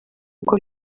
uko